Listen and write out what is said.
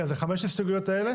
חמש ההסתייגויות האלה?